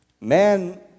Man